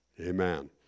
Amen